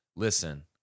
Listen